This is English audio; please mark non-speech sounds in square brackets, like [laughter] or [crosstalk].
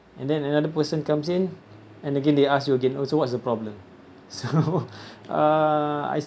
and then another person comes in and again they ask you again oh so what's the problem so [laughs] I